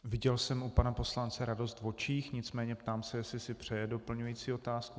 Viděl jsem u pana poslance radost v očích, nicméně ptám se, jestli si přeje doplňující otázku.